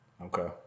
okay